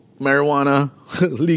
marijuana